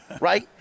right